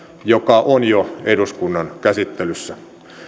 joka on jo eduskunnan käsittelyssä